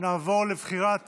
נעבור לבחירת